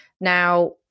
Now